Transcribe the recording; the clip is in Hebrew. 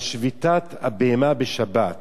על שביתת הבהמה בשבת: